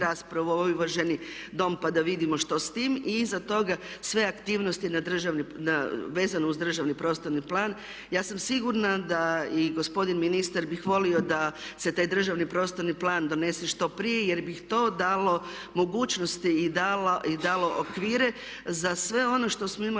raspravu u ovaj uvaženi Dom pa da vidimo što s time. I iza toga sve aktivnosti vezano uz državni prostorni plan. Ja sam sigurna da i gospodin ministar bi volio da se taj državni prostorni plan donese što prije jer bi to dalo mogućnosti i dalo okvire za sve ono što smo imali